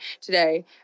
today